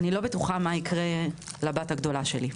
אני לא בטוחה מה יקרה לבת הגדולה שלי.